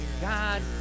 God